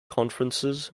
conferences